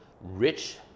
rich